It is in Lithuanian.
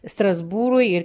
strasbūrui ir